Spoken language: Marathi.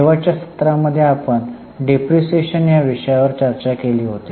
शेवटच्या सत्रा मध्ये आपण डिप्रीशीएशन या विषयावर चर्चा केली होती